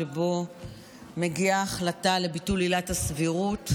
שבו מגיעה החלטה על ביטול עילת הסבירות,